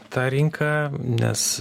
tą rinką nes